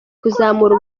kuzamura